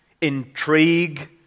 intrigue